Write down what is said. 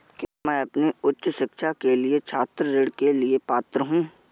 क्या मैं अपनी उच्च शिक्षा के लिए छात्र ऋण के लिए पात्र हूँ?